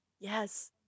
Yes